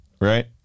right